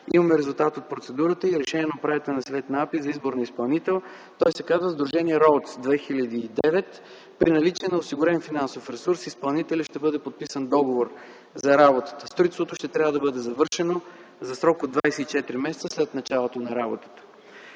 Имаме резултат от процедурата и решение на управителния съвет на АПИ за избор на изпълнител. Той се казва сдружение „РОУДС 2009”. При наличие на осигурен финансов ресурс с изпълнителя ще бъде подписан договор за работата. Строителството ще трябва да бъде завършено за срок от 24 месеца след началото на работата.